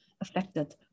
affected